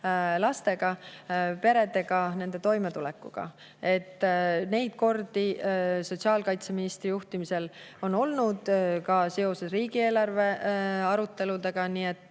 lastega peredega ja nende toimetulekuga. Neid kordi on sotsiaalkaitseministri juhtimisel olnud, ka seoses riigieelarve aruteludega. Seal